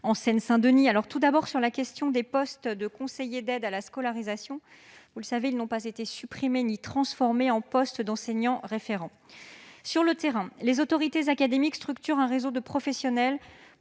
en Seine-Saint-Denis. Tout d'abord, les postes de conseillers d'aide à la scolarisation, vous le savez, n'ont pas été supprimés ni transformés en postes d'enseignants référents. Sur le terrain, les autorités académiques structurent un réseau de professionnels